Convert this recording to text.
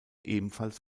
ebenfalls